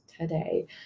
today